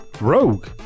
Rogue